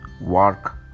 work